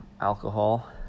alcohol